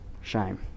shame